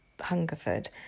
Hungerford